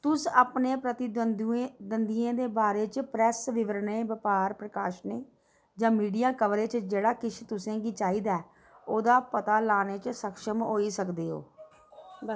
तुस अपने प्रतिद्वंद्वियें दे बारे च प्रैस्स विवरणें बपार प्रकाशनें जां मीडिया कवरेज च जेह्ड़ा किश तुसें गी चाहिदा ओह्दा पता लाने च सक्षम होई सकदे हो